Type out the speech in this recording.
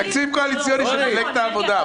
זה תקציב קואליציוני של מפלגת העבודה.